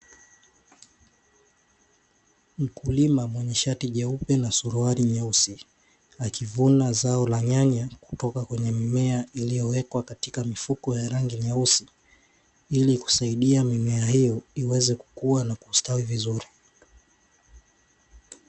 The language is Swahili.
Mkulima mwenye shati jeupe na suruali nyeusi, akivuna zao la nyanya kutoka kwenye mimea iliyowekwa katika mifuko ya rangi nyeusi, ili kusaidia mimea hiyo iweze kukua na kustawi vizuri.